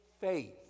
faith